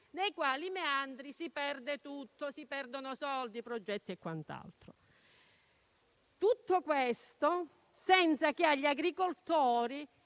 nei cui meandri si perde tutto: soldi, progetti e quant'altro. Tutto questo senza che agli agricoltori